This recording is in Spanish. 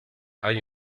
hay